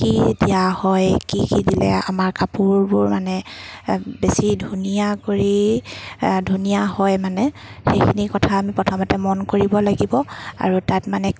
কি দিয়া হয় কি কি দিলে আমাৰ কাপোৰবোৰ মানে বেছি ধুনীয়া কৰি ধুনীয়া হয় মানে সেইখিনি কথা আমি প্ৰথমতে মন কৰিব লাগিব আৰু তাত মানে